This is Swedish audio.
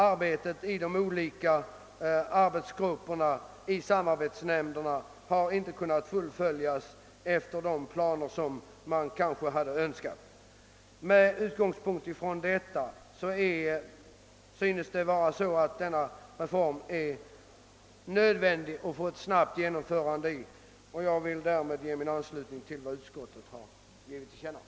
Arbetet i de olika samarbetsnämnderna har inte kunnat fullföljas enligt de planer som man från början hoppats på. Mot denna bakgrund synes det vara nödvändigt att snabbt genomföra denna reform. Herr talman! Jag vill med dessa ord ge min anslutning till utskottets uppfattning.